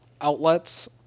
outlets